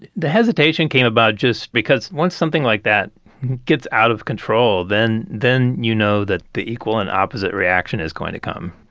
the hesitation came about just because once something like that gets out of control, then then you know that the equal and opposite reaction is going to come.